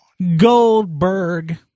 Goldberg